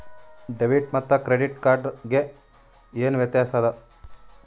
Debit ಮತ್ತ credit card ಗೆ ಏನ ವ್ಯತ್ಯಾಸ ಆದ?